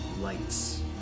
lights